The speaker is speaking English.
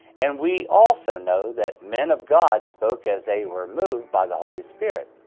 and we also know that men of god spoke as they were moved by the holy spirit.